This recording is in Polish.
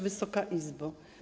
Wysoka Izbo!